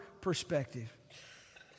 perspective